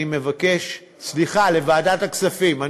סליחה, לוועדה הכספים.